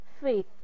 faith